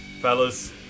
Fellas